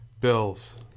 Bills